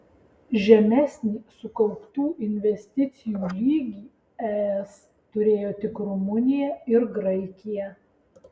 žemesnį sukauptų investicijų lygį es turėjo tik rumunija ir graikija